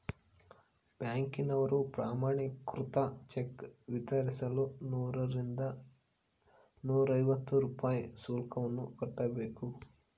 ಬ್ಯಾಂಕಿನವರು ಪ್ರಮಾಣೀಕೃತ ಚೆಕ್ ವಿತರಿಸಲು ನೂರರಿಂದ ನೂರೈವತ್ತು ರೂಪಾಯಿ ಶುಲ್ಕವನ್ನು ಕಟ್ಟಬೇಕು